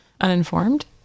Uninformed